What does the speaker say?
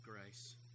grace